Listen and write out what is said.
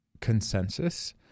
consensus